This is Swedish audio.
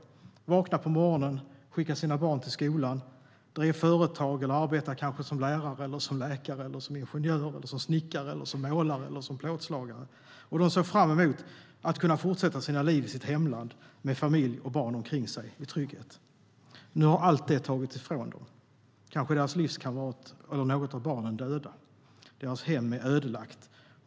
De vaknade på morgonen, skickade sina barn till skolan, drev företag eller arbetade som lärare, läkare, ingenjör, snickare, målare eller kanske plåtslagare. De såg fram emot att kunna fortsätta sina liv i sitt hemland med familj och barn omkring sig, i trygghet. Nu har allt det tagits ifrån dem. Kanske är deras livskamrat eller något av barnen döda. Deras hem är ödelagt.